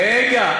רגע.